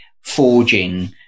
forging